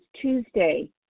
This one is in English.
Tuesday